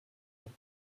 york